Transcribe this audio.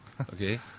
Okay